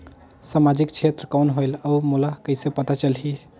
समाजिक क्षेत्र कौन होएल? और मोला कइसे पता चलही?